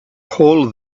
hole